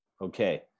Okay